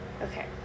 Okay